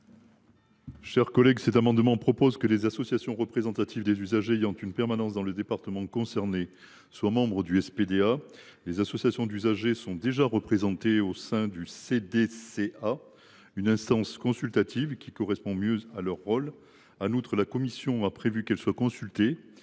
de la commission ? Cet amendement vise à ce que les associations représentatives des usagers ayant une permanence dans le département concerné soient membres du SPDA. Les associations d’usagers sont déjà représentées au sein du CDCA, instance consultative qui correspond mieux à leur rôle. En outre, la commission a prévu qu’elles soient consultées